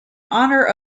honour